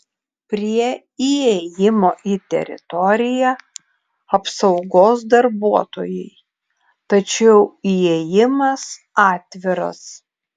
prie įėjimo į teritoriją apsaugos darbuotojai tačiau įėjimas atviras